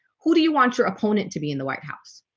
who do you want your opponent to be in the white house?